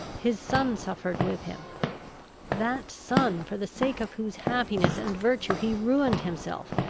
his son suffered with him that son, for the sake of whose happiness and virtue he ruined himself,